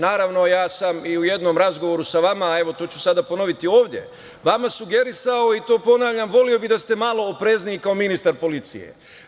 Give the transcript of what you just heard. Naravno, ja sam i u jednom razgovoru sa vama, evo, to ću sada ponoviti ovde, vama sugerisao i to ponavljam, voleo bih da ste malo oprezniji kao ministar policije.